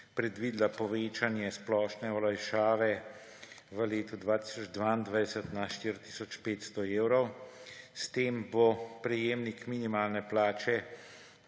predvidela povečanje splošne olajšave v letu 2022 na 4 tisoč 500 evrov. S tem bo prejemnik minimalne plače